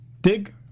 dig